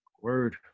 Word